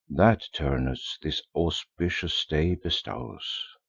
that, turnus, this auspicious day bestows.